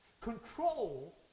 control